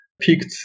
picked